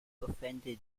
offended